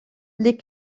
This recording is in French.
les